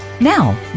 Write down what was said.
Now